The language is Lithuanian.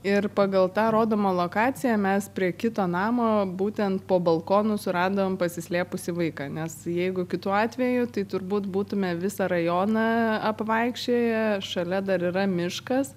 ir pagal tą rodomą lokaciją mes prie kito namo būtent po balkonu suradom pasislėpusį vaiką nes jeigu kitu atveju tai turbūt būtume visą rajoną apvaikščioję šalia dar yra miškas